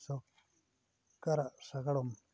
ᱥᱚᱨᱠᱟᱨᱟᱜ ᱥᱟᱜᱟᱲᱚᱢ